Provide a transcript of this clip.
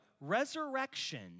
resurrection